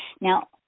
Now